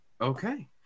Okay